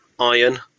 Iron